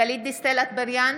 גלית דיסטל אטבריאן,